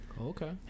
Okay